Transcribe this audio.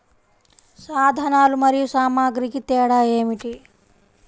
సాధనాలు మరియు సామాగ్రికి తేడా ఏమిటి?